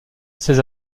ses